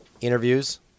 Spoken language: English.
interviews